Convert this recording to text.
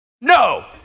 No